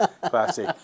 Classy